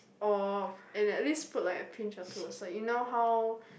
of and at least put like a pinch or two so you know how